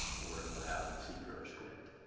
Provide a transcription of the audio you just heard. or it will have the cpr script.